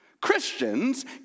Christians